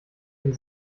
den